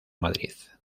madrid